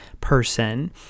person